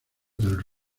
del